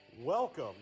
Welcome